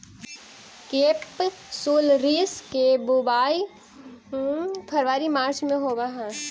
केपसुलरिस के बुवाई फरवरी मार्च में होवऽ हइ